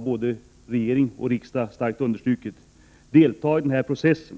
Både regering och riksdag har starkt understrukit att man i Sverige vill delta i denna process.